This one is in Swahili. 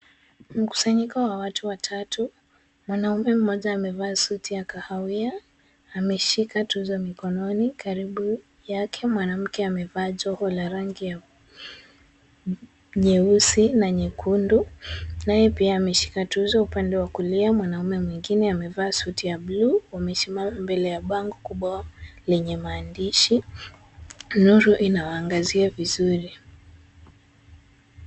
Mkusanyiko wa watu watatu, mwanaume mmoja amevaa suti ya kahawia, ameshika tuzo mikononi mwake na mwanamke amevaa joho la rangi ya nyeusi na nyekundu, naye pia ameshika tuzo. Upande wa kulia mwanaume pia amevalia suti ya bluu wamesimama mbele ya bango kubwa lenye maandishi. Nuru inawaangazia vizuri.